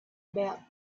about